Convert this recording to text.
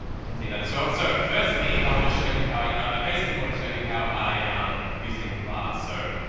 you can see that as well. so, firstly i want to show you, i ah basically want to show you how i um use it in class. so,